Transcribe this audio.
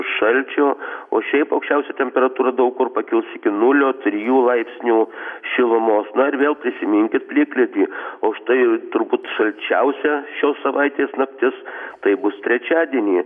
šalčio o šiaip aukščiausia temperatūra daug kur pakils iki nulio trijų laipsnių šilumos na ir vėl prisiminkit plikledį užtai turbūt šalčiausia šios savaitės naktis tai bus trečiadienį